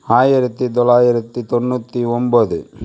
ஆயிரத்து தொள்ளாயிரத்து தொண்ணூற்றி ஒம்பது